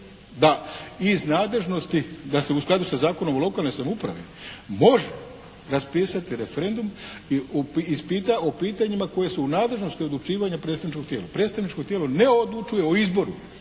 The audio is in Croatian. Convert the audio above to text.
da iz nadležnosti da se u skladu sa Zakonom o lokalnoj samoupravi može raspisati referendum ispita o pitanjima koja su u nadležnosti odlučivanja predstavničkog tijela. Predstavničko tijelo ne odlučuje o izboru